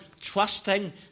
trusting